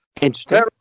Interesting